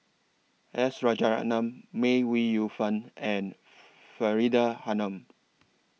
S Rajaratnam May Ooi Yu Fen and Faridah Hanum